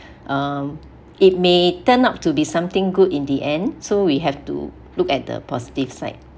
um it may turn out to be something good in the end so we have to look at the positive side